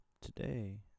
today